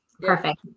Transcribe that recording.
Perfect